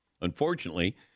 Unfortunately